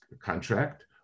contract